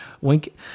Wink